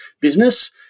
business